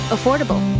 Affordable